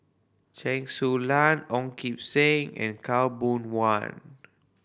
Chen Su Lan Ong Kim Seng and Khaw Boon Wan